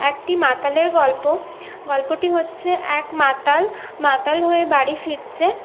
একটি মাতালের গল্প গল্পটি হচ্ছে এক মাতাল মাতাল হয়ে বাড়ি ফিরছে